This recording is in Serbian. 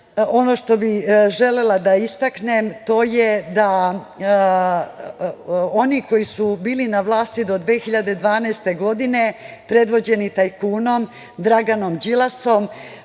ono što bih želela da istaknem, to je da oni koji su bili na vlasti do 2012. godine, predvođeni tajkunom Draganom Đilasom,